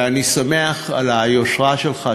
ואני שמח על היושרה שלך,